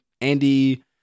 Andy